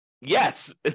yes